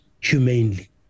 humanely